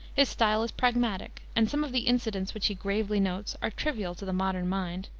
his style is pragmatic, and some of the incidents which he gravely notes are trivial to the modern mind,